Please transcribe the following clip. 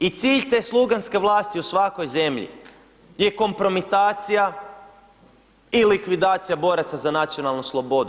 I cilj te sluganske vlasti u svakoj zemlji je kompromitacija i likvidacija boraca za nacionalnu slobodu.